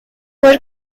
were